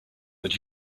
that